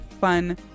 fun